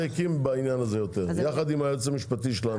בעניין הזה יותר עם היועץ המשפטי שלנו.